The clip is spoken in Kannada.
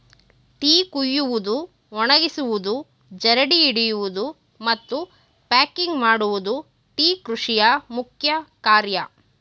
ಟೀ ಕುಯ್ಯುವುದು, ಒಣಗಿಸುವುದು, ಜರಡಿ ಹಿಡಿಯುವುದು, ಮತ್ತು ಪ್ಯಾಕಿಂಗ್ ಮಾಡುವುದು ಟೀ ಕೃಷಿಯ ಮುಖ್ಯ ಕಾರ್ಯ